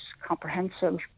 comprehensive